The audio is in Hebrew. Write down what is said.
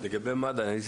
לגבי מד"א.